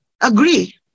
agree